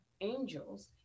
angels